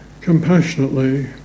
compassionately